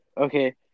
Okay